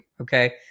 okay